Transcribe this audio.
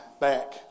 back